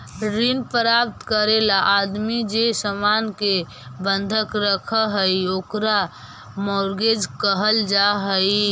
ऋण प्राप्त करे ला आदमी जे सामान के बंधक रखऽ हई ओकरा मॉर्गेज कहल जा हई